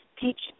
teach